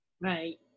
right